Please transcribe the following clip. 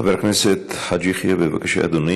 חבר הכנסת חאג' יחיא, בבקשה, אדוני,